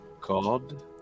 god